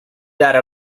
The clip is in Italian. dare